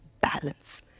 balance